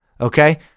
Okay